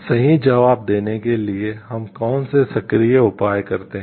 सही जवाब देने के लिए हम कौन से सक्रिय उपाय करते हैं